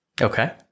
Okay